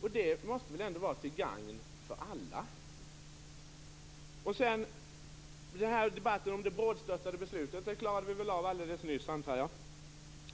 Det måste väl ändå vara till gagn för alla. Debatten om det brådstörtade beslutet klarade vi väl av alldeles nyss, antar jag.